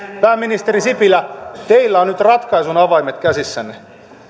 pääministeri sipilä teillä on nyt ratkaisun avaimet käsissänne